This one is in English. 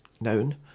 known